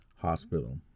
hospital